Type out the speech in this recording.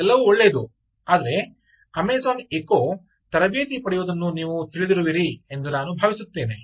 ಇದೆಲ್ಲವೂ ಒಳ್ಳೆಯದು ಆದರೆ ಅಮೆಜಾನ್ ಎಕೋ ತರಬೇತಿ ಪಡೆಯುವುದನ್ನು ನೀವು ತಿಳಿದಿರುವಿರಿ ಎಂದು ನಾನು ಭಾವಿಸುತ್ತೇನೆ